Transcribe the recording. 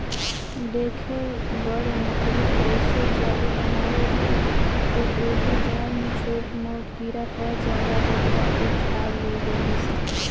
देखेल बड़ मकड़ी कइसे जाली बनावेलि फिर ओहि जाल में छोट मोट कीड़ा फस जालन जेकरा उ खा लेवेलिसन